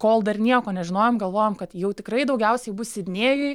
kol dar nieko nežinojom galvojom kad jau tikrai daugiausiai bus sidnėjuj